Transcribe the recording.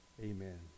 amen